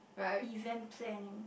event planning